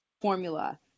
formula